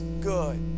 good